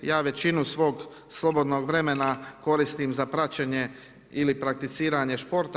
Ja većinu svog slobodnog vremena koristim za praćenje ili prakticiranje športa.